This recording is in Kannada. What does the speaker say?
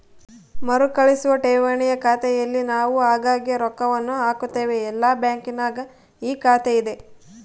ಮರುಕಳಿಸುವ ಠೇವಣಿಯ ಖಾತೆಯಲ್ಲಿ ನಾವು ಆಗಾಗ್ಗೆ ರೊಕ್ಕವನ್ನು ಹಾಕುತ್ತೇವೆ, ಎಲ್ಲ ಬ್ಯಾಂಕಿನಗ ಈ ಖಾತೆಯಿದೆ